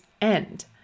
end